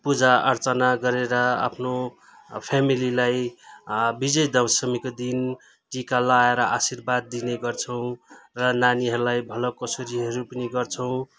पूजा अर्चना गरेर आफ्नो फ्यामिलीलाई विजय दशमीको दिन टिका लगाएर आशीर्वाद दिने गर्छौँ र नानीहरूलाई भलाकुसारीहरू पनि गर्छौँ